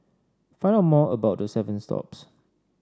find out more about the seven stops